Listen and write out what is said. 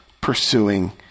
pursuing